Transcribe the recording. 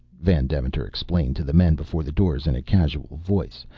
van deventer explained to the men before the doors in a casual voice,